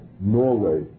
Norway